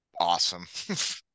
awesome